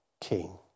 king